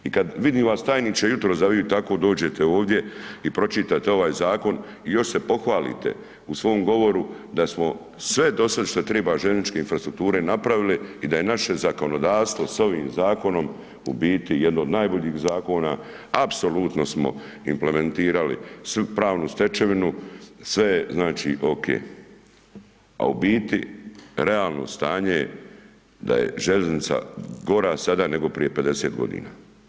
I kad vidim vas tajniče jutros da vi tako dođete ovdje i pročitate ovaj zakon i još se pohvalite u svom govoru da smo sve dosad šta triba željezničke infrastrukture napravili i da je naše zakonodavstvo s ovim zakonom u biti jedno od najboljih zakona apsolutno smo implementirali pravnu stečevinu, sve je znači OK, a u biti realno stanje je da je željeznica gora sada nego prije 50 godina.